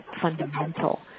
fundamental